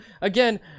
again